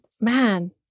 man